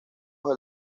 bajo